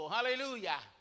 Hallelujah